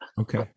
Okay